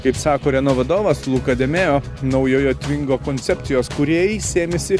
kaip sako reno vadovas luka de mėjo naujojo tvingo koncepcijos kūrėjai sėmėsi